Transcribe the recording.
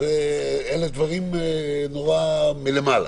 אלה דברים מלמעלה.